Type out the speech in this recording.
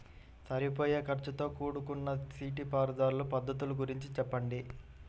సరిపోయే ఖర్చుతో కూడుకున్న నీటిపారుదల పద్ధతుల గురించి చెప్పండి?